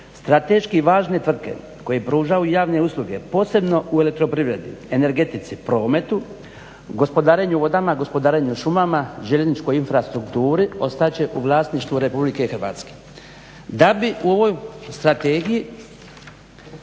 strateški važne tvrtke koje pružaju javne usluge posebno u elektroprivredi, energetici, prometu, gospodarenju vodama, gospodarenju šumama, željezničkoj infrastrukturi ostat će u vlasništvu RH.